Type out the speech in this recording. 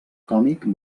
còmic